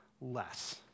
less